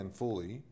fully